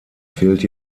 fehlt